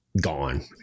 gone